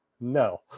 No